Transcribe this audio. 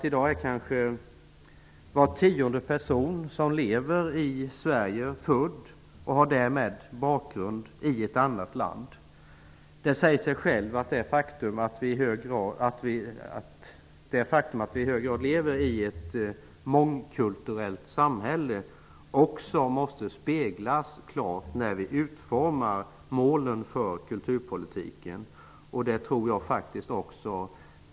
I dag är kanske var tionde person som lever i Sverige född i ett annat land och har därmed en annan bakgrund. Det faktum att vi i hög grad lever i ett mångkulturellt samhälle måste klart avspeglas vid utformandet av kulturpolitiken; det säger sig självt.